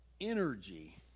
energy